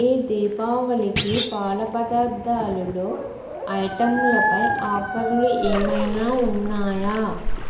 ఈ దీపావళికి పాల పదార్థాలులో ఐటంలపై ఆఫర్లు ఏమైనా ఉన్నాయా